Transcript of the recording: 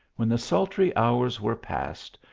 when the sultry hours were past,